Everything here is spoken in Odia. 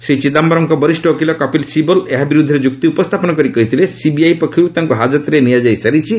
ଶ୍ରୀ ଚିଦାୟରମ୍ଙ୍କ ବରିଷ୍ଠ ଓକିଲ କପିଲ ଶିବଲ ଏହା ବିରୁଦ୍ଧରେ ଯୁକ୍ତି ଉପସ୍ଥାପନ କରି କହିଥିଲେ ସିବିଆଇ ପକ୍ଷରୁ ତାଙ୍କୁ ହାଜତରେ ନିଆଯାଇ ସାରିଛି